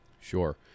sure